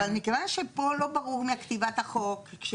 אבל, במקרה שפה לא ברור מכתיבת החוק.